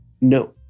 no